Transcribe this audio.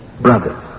brothers